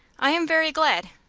i am very glad.